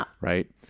Right